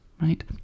right